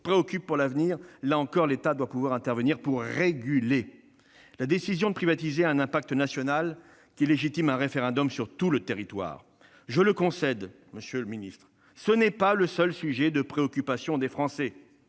préoccupent pour l'avenir- là encore, l'État doit pouvoir intervenir pour réguler. La décision de privatiser a un impact national qui légitime un référendum sur tout le territoire. Je le concède, monsieur le secrétaire d'État, ce n'est pas le seul sujet de préoccupation des Français.